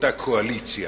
באותה קואליציה,